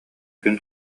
күн